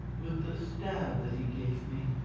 with the stab that he gave me,